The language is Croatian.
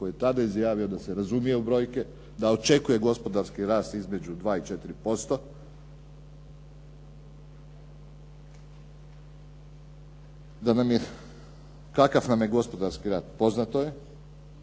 koji je tada izjavio da se razumije u brojke, da očekuju gospodarski rast između 2 i 4%. Kakav nam je gospodarski rast poznato je,